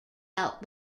out